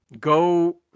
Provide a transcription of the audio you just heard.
go